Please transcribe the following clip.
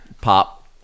pop